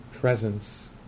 presence